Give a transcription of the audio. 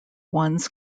ones